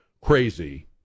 crazy